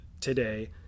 today